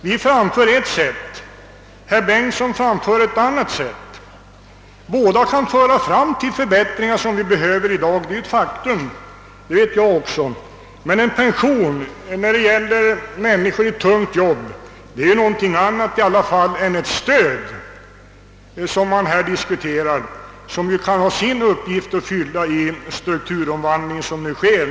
Vi anvisar ett sätt, herr Bengtsson ett annat. Båda kan leda fram till förbättringar som behövs. Det är ett faktum som jag är helt på det klara med. Men en pension till människor i tungt jobb är i alla fall någonting annat än .ett stöd, som man här diskuterar och som kan ha sin uppgift att fylla i en strukturomvandling som den pågående.